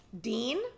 Dean